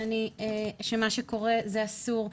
שמה שקורה זה אסור,